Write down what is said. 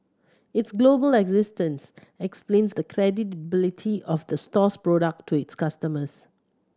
its global existence explains the credibility of the store's product to its customers